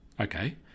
okay